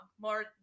More